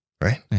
right